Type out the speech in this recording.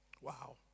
Wow